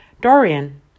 Dorian